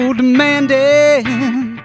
demanding